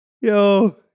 Yo